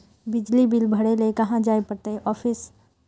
बिजली बिल भरे ले कहाँ जाय पड़ते ऑफिस?